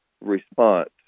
response